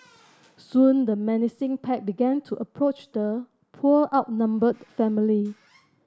soon the menacing pack began to approach the poor outnumbered family